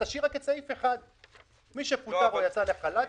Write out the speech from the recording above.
הם יישארו בלי כלום.